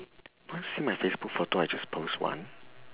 want see my facebook photo I just post one